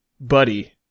buddy